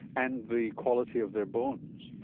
and the quality of their bones.